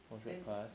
watch webcast